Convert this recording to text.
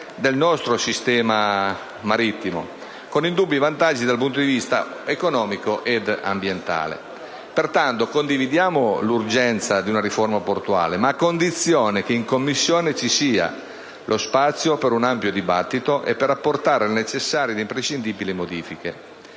del nostro sistema marittimo, con indubbi vantaggi dal punto di vista economico ed ambientale. Condividiamo pertanto l'urgenza di una riforma portuale, a condizione però che in Commissione ci sia lo spazio per un ampio dibattito e per apportare le necessarie ed imprescindibili modifiche.